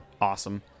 awesome